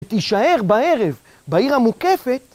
תישאר בערב, בעיר המוקפת